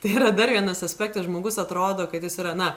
tai yra dar vienas aspektas žmogus atrodo kad jis ir na